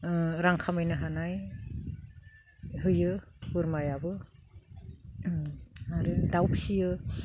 रां खामायनो होनो होयो बोरमायाबो आरो दाउ फिसियो